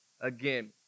again